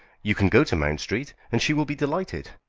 you can go to mount street, and she will be delighted.